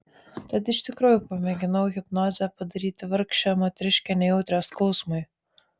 tad iš tikrųjų pamėginau hipnoze padaryti vargšę moteriškę nejautrią skausmui